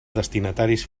destinataris